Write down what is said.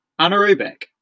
anaerobic